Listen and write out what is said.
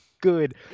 good